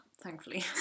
thankfully